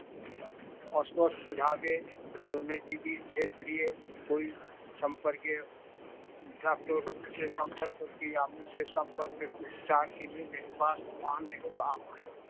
और स्वस्थ बुझा वे दुने की भी छेत्रीय कोई संपर्क डाक्टरों से संपर्क किया विशेष संपर्क हेतु उपचार के लिये मेरे पास वान है तो आप आइए